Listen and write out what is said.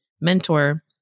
mentor